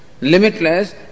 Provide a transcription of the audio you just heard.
limitless